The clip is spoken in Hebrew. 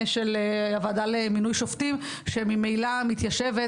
של הוועדה למינוי שופטים שממילא מתיישבת,